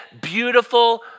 beautiful